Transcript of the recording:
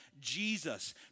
Jesus